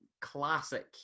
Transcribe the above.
classic